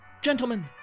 gentlemen